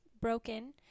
broken